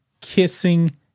kissing